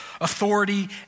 authority